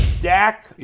Dak